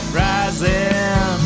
rising